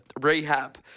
rehab